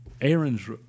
Aaron's